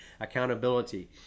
accountability